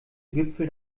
gipfel